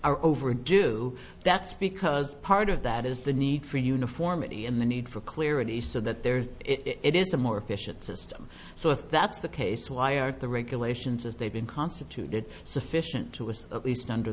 are over due that's because part of that is the need for uniformity and the need for clarity so that there's it is a more efficient system so if that's the case why aren't the regulations as they've been constituted sufficient to us at least under